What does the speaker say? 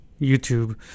YouTube